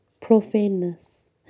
profaneness